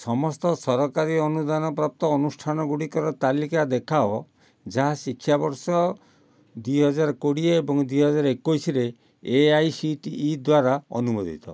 ସମସ୍ତ ସରକାରୀ ଅନୁଦାନ ପ୍ରାପ୍ତ ଅନୁଷ୍ଠାନ ଗୁଡ଼ିକର ତାଲିକା ଦେଖାଅ ଯାହା ଶିକ୍ଷାବର୍ଷ ଦୁଇ ହଜାର କୋଡ଼ିଏ ଏବଂ ଦୁଇ ହଜାର ଏକୋଇଶରେ A I C T E ଦ୍ଵାରା ଅନୁମୋଦିତ